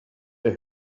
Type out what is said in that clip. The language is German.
der